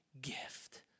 gift